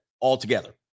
altogether